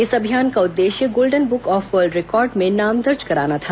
इस अभियान का उद्देश्य Golden Book of World Record में नाम दर्ज कराना था